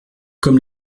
comme